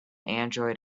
android